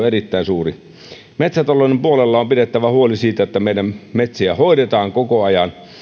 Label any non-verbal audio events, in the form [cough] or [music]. [unintelligible] erittäin suuri metsätalouden puolella on pidettävä huoli siitä että meidän metsiä hoidetaan koko ajan